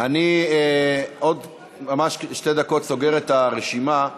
אני עוד ממש שתי דקות סוגר את הרשימה.